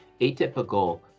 atypical